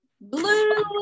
blue